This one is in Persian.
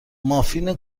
مافین